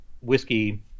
whiskey